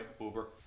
uber